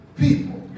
people